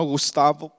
Gustavo